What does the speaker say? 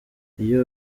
iyo